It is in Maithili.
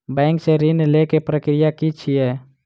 बैंक सऽ ऋण लेय केँ प्रक्रिया की छीयै?